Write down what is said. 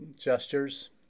gestures